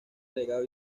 legado